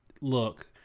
look